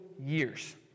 years